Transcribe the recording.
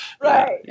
right